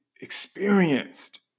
experienced